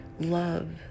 love